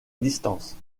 distance